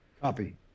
Copy